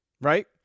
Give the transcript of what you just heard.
Right